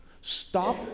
Stop